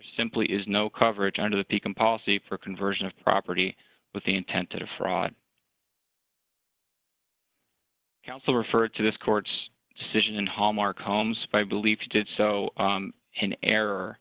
simply is no coverage under the pekin policy for conversion of property with the intent to defraud counsel referred to this court's decision and hallmark homes by belief did so in error